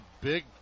big